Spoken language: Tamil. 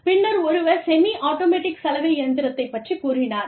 பின்னர் ஒருவர் செமி ஆட்டோமேடிக் சலவை இயந்திரத்தைப் பற்றிக் கூறினார்